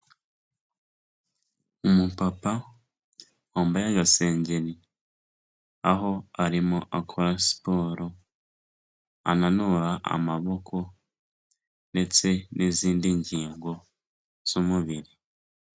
Umupapa wambaye agasengeri aho arimo akora siporo ananura amaboko, ndetse n'izindi ngingo z'umubiri.